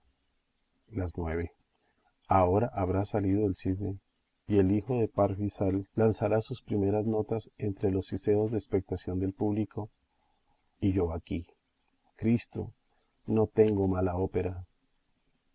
las nueve ahora habrá salido el cisne y el hijo de parsifal lanzará sus primeras notas entre los siseos de expectación del público y yo aquí cristo no tengo mala ópera